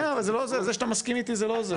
כן אבל זה שאתה מסכים איתי זה לא עוזר.